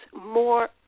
more